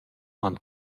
han